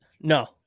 No